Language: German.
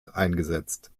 eingesetzt